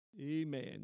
Amen